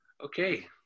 Okay